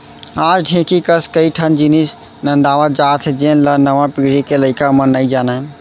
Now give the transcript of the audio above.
आज ढेंकी कस कई ठन जिनिस नंदावत जात हे जेन ल नवा पीढ़ी के लइका मन नइ जानयँ